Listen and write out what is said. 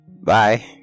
Bye